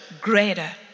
greater